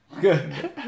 Good